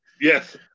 Yes